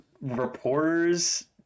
reporters